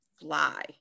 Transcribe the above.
fly